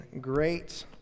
great